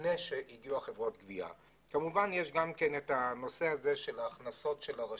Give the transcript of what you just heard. כמובן שישנו גם נושא הכנסות הרשות.